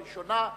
הראשונה,